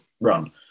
run